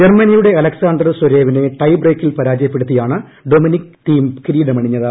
ജർമ്മനിയുടെ അലക്സാണ്ടർ സ്വരേവിനെ ടൈ ബ്രേക്കിൽ പരാജയപ്പെടുത്തിയാണ് ഡൊമിനിക് തീം കിരീടമണിഞ്ഞത്